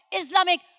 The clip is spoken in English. Islamic